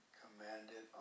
commanded